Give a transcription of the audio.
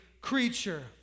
creature